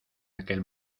aquel